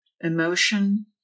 emotion